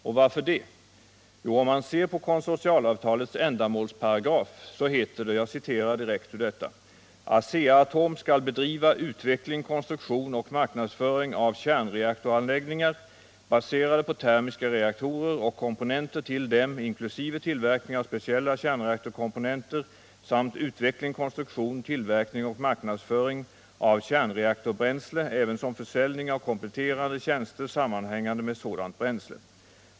Och varför gör jag det? Låt mig i det sammanhanget peka på vad som framhålls i konsortialavtalets ändamålsparagraf, där det heter: ”Asea-Atom skall bedriva utveckling, konstruktion och marknadsföring av kärnreaktoranläggningar, baserade på termiska reaktorer, och komponenter till dem inkl. tillverkning av speciella kärnreaktorkomponenter samt utveckling, konstruktion, tillverkning och marknadsföring av kärnreaktorbränsle ävensom försäljning av kompletterande tjänster sammanhängande med sådant bränsle.